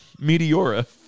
Meteora